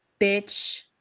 bitch